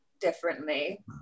differently